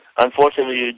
Unfortunately